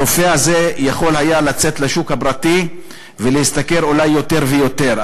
הרופא הזה יכול היה לצאת לשוק הפרטי ולהשתכר אולי יותר ויותר.